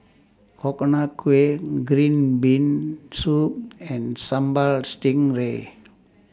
Coconut Kuih Green Bean Soup and Sambal Stingray